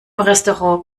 restaurant